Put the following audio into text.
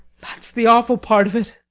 that's the awful part of it.